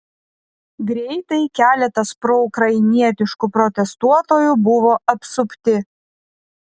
greitai keletas proukrainietiškų protestuotojų buvo apsupti